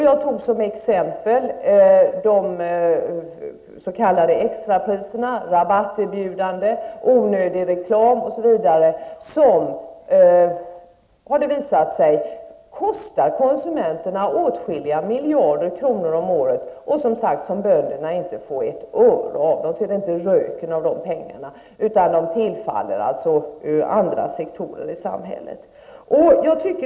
Jag tog som exempel de s.k. extrapriserna, rabatterbjudanden, onödig reklam m.m., som har visat sig kosta konsumenterna åtskilliga miljarder kronor om året -- pengar som bönderna inte får ett öre av utan tillfaller andra sektorer i samhället.